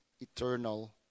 eternal